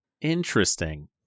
Interesting